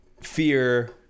fear